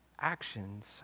actions